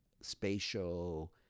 spatial